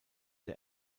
der